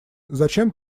зачем